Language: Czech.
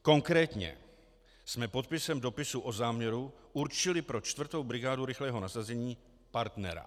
Konkrétně jsme podpisem dopisu o záměru určili pro 4. brigádu rychlého nasazení partnera.